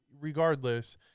regardless